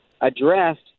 addressed